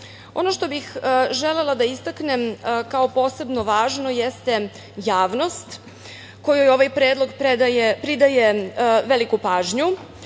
što bih želela da istaknem kao posebno važno jeste javnost, kojoj ovoj predlog pridaje veliku pažnju.